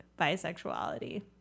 bisexuality